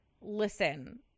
listen